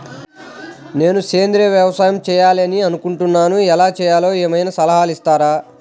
నేను సేంద్రియ వ్యవసాయం చేయాలి అని అనుకుంటున్నాను, ఎలా చేయాలో ఏమయినా సలహాలు ఇస్తారా?